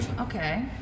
okay